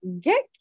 get